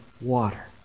water